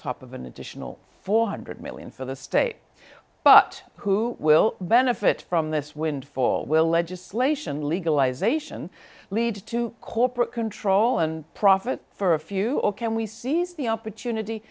top of an additional four hundred million for the state but who will benefit from this windfall will legislation legalization lead to corporate control and profit for a few or can we seize the opportunity